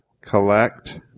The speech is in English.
Collect